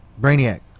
Brainiac